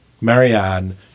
Marianne